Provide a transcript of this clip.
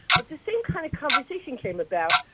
but the same kind of conversation came about,